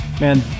Man